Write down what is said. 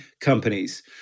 companies